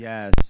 Yes